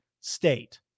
state